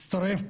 יצטרף,